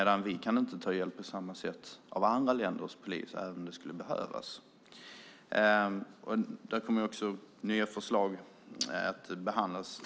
Däremot kan vi inte på samma sätt ta hjälp av andra länders polis, även om det skulle behövas. Senare kommer nya förslag i sammanhanget att behandlas.